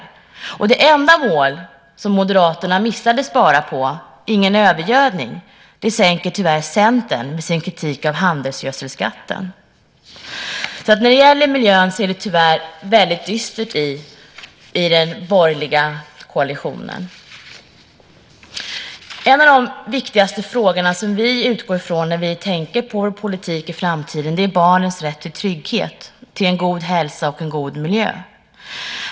Det enda av de fyra målen som Moderaterna missade att spara på, Ingen övergödning, sänker tyvärr Centern med sin kritik av handelsgödselskatten. När det gäller miljön ser det tyvärr väldigt dystert ut i den borgerliga koalitionen. En av de viktigaste frågorna som vi utgår ifrån när vi tänker på vår politik i framtiden är barnens rätt till trygghet, en god hälsa och en god miljö.